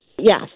Yes